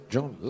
John